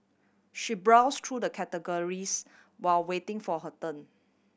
she browse through the catalogues while waiting for her turn